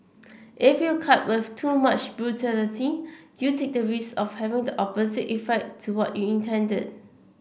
if you cut with too much brutality you take the rise of having the opposite effect to what you intended